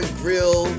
grill